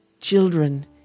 children